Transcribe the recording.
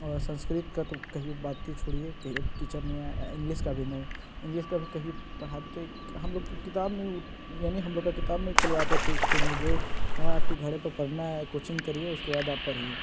और संस्कृत का तो बात ही छोड़िए टीचर नहीं आया इंग्लिश का भी नहीं इंग्लिश का भी कही पढ़ाते हम लोग तो किताब नहीं वो यानी हम लोग का किताब नहीं खोलवाते थे इस्कूल में जो हाँ आपको घरे पर पढ़ना कोचिंग करिए उसके बाद आप पढ़िए